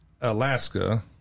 Alaska